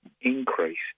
increased